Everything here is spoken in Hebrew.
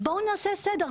בואו נעשה סדר,